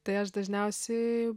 tai aš dažniausiai